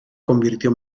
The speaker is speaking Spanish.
convirtió